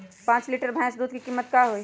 पाँच लीटर भेस दूध के कीमत का होई?